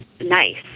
nice